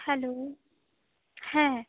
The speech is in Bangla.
হ্যালো হ্যাঁ